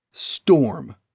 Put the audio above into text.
Storm